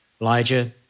Elijah